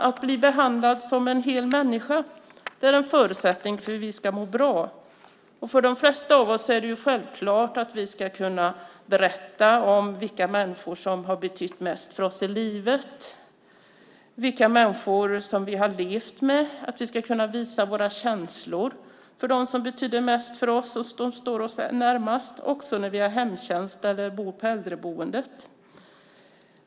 Att bli behandlad som en hel människa är en förutsättning för att vi ska må bra. För de flesta av oss är det självklart att vi ska kunna berätta om vilka människor som har betytt mest för oss i livet, vilka människor som vi har levt med och att vi ska kunna visa våra känslor för dem som betyder mest för oss och står oss närmast också när vi har hemtjänst eller bor på äldreomsorg.